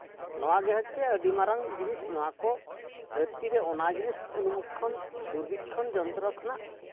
ᱱᱚᱣᱟᱜᱮ ᱦᱚᱭᱛᱮᱜ ᱟᱹᱰᱤ ᱢᱟᱨᱟᱝ ᱡᱤᱱᱤᱥ ᱱᱚᱣᱟᱠᱚ ᱫᱷᱟᱹᱨᱛᱤ ᱨᱮ ᱩᱱᱩᱵᱤᱠᱠᱷᱚᱱ ᱫᱩᱨᱵᱤᱠᱠᱷᱚᱱ ᱡᱚᱱᱛᱨᱚ ᱠᱷᱚᱱᱟᱜ